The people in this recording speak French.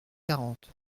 quarante